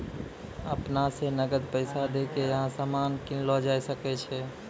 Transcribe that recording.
अपना स नकद पैसा दै क यहां सामान कीनलो जा सकय छै